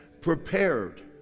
Prepared